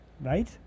right